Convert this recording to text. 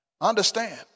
Understand